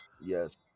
Yes